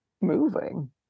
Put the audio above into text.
moving